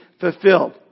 fulfilled